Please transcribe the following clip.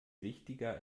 wichtiger